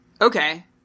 okay